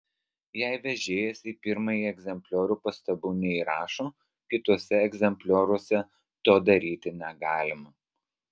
jei vežėjas į pirmąjį egzempliorių pastabų neįrašo kituose egzemplioriuose to daryti negalima